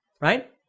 right